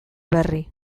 berri